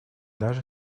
даже